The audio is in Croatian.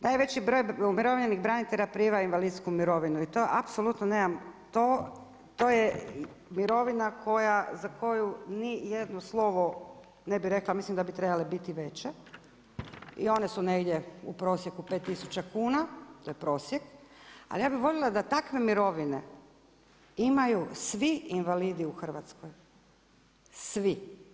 Najveći broj umirovljenih branitelja prima invalidsku mirovinu i to apsolutno nemam to je mirovina za koju nijedno slovo ne bih rekla, mislim da bi trebale biti više i one su negdje u prosjeku pet tisuća kuna, ali ja bi volila da takve mirovine imaju svi invalidi u Hrvatskoj, svi.